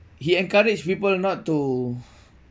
he encourage people not to